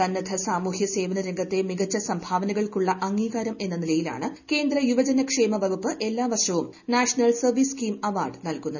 സന്നദ്ധ സാമൂഹ്യ സേവന രംഗത്തെ മികച്ച സംഭാവനകൾക്കുള്ള അംഗീകാരം എന്ന നിലയിലാണ് കേന്ദ്ര യുവജന ക്ഷേമ വകുപ്പ് എല്ലാ വർഷവും നാഷണൽ സർവീസ് സ്കീം അവാർഡ് നൽകുന്നത്